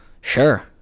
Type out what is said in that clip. sure